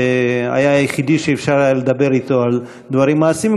שהיה היחיד שאפשר היה לדבר אתו על דברים מעשיים.